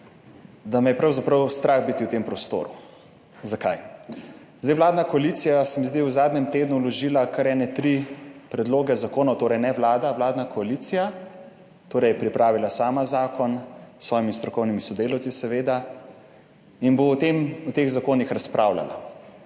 da me je pravzaprav strah biti v tem prostoru. Zakaj? Zdaj, vladna koalicija se mi zdi v zadnjem tednu vložila kar 3 predloge zakonov torej ne Vlada vladna koalicija torej je pripravila sama zakon s svojimi strokovnimi sodelavci seveda in bo o teh zakonih razpravljala.